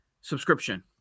subscription